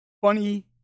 Funny